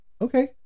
Okay